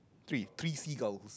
three three seagulls